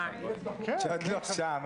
ההסכם הזה ------ לא, את לא תפריעי לי עכשיו.